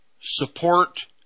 support